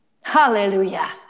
Hallelujah